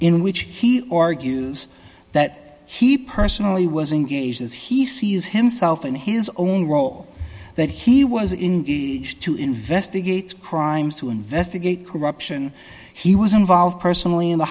in which he argues that he personally was engaged as he sees himself in his own role that he was in to investigate crimes to investigate corruption he was involved personally in the